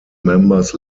members